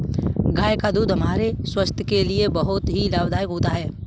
गाय का दूध हमारे स्वास्थ्य के लिए बहुत ही लाभदायक होता है